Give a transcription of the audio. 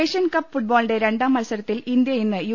Asian Cup ഫുട്ബോളിന്റെ രണ്ടാം മത്സരത്തിൽ ഇന്ത്യ ഇന്ന് യു